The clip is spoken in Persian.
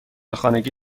خانگی